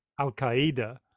Al-Qaeda